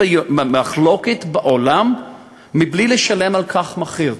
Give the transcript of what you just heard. במחלוקת בעולם בלי לשלם על כך מחיר.